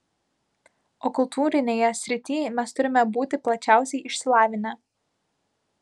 o kultūrinėje srityj mes turime būti plačiausiai išsilavinę